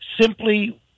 simply